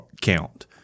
count